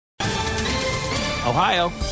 Ohio